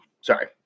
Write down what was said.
Sorry